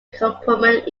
complement